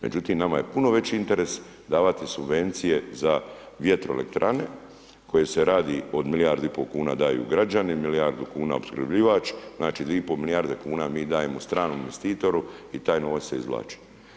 Međutim, nama je puno veći interes davati subvencije za vjetroelektrane koje se radi od milijardu i pol kuna daju građani, milijardu kuna opskrbljivač, znači 2,5 milijarde kuna mi dajemo stranom investitoru i taj novac se izvlači.